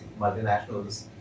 multinationals